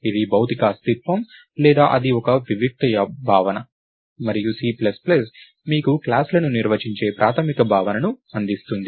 ఇది భౌతిక అస్తిత్వం లేదా ఇది ఒక వియుక్త భావన మరియు C ప్లస్ ప్లస్ మీకు క్లాస్ లను నిర్వచించే ప్రాథమిక భావనను అందిస్తుంది